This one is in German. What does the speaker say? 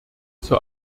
zur